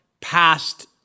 past